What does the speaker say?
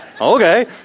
okay